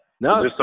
No